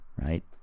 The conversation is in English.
right